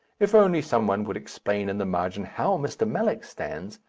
if only some one would explain in the margin how mr. mallock stands,